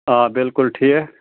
آ بِلکُل ٹھیٖک